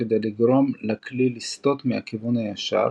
כדי לגרום לכלי לסטות מהכיוון הישר,